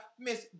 Miss